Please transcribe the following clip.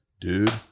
dude